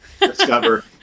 Discover